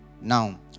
Now